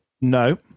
No